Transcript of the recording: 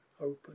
open